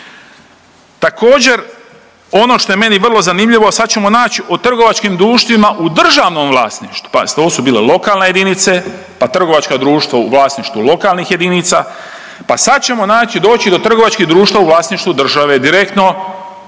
Također ono što je meni vrlo zanimljivo, a sad ćemo naći o trgovačkim društvima u državnom vlasništvu. Pazite ovo su bile lokalne jedinice, pa trgovačka društva u vlasništvu lokalnih jedinica. Pa sad ćemo doći do trgovačkih društava u vlasništvu države direktno